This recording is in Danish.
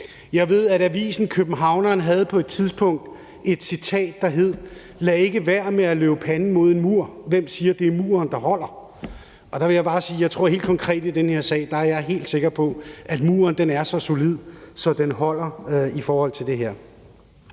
Jeg ved, at avisen Københavneren på et tidspunkt havde et citat, der hed: Lad ikke være med at løbe panden imod en mur – hvem siger, at det er muren, der holder? Der vil jeg bare helt konkret i den her sag sige, at jeg er helt sikker på, at muren er så solid, så den holder i forhold til der.